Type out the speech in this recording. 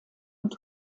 und